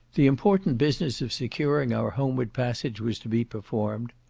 the important business of securing our homeward passage was to be performed.